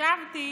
וחשבתי